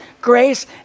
grace